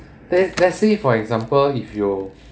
let's let's say for example if you